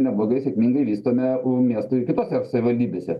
neblogai sėkmingai vystome u miesto ir kitose savivaldybėse